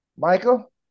Michael